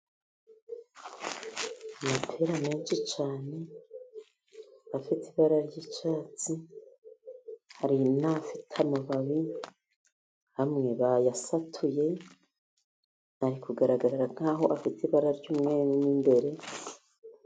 Amapera menshi cyane afite ibara ry'icyatsi, hari n'afite amababi, amwe bayasatuye, ari kugaragara nkaho afite ibara ry'umweru mo imbere.